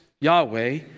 Yahweh